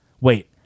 wait